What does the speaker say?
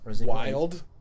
wild